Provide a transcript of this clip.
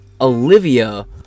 olivia